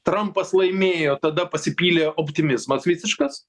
trampas laimėjo tada pasipylė optimizmas visiškas